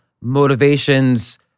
motivations